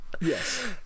Yes